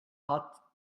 hot